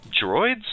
droids